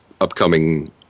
upcoming